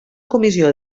comissió